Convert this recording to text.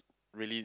really